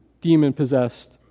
demon-possessed